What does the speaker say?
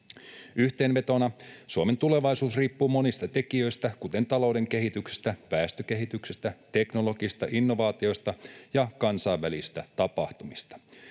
Yhteenvetona Suomen tulevaisuus riippuu monista tekijöistä, kuten talouden kehityksestä, väestökehityksestä, teknologisista innovaatioista ja kansainvälisistä tapahtumista.